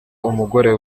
umugore